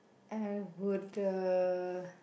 I would uh